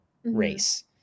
Race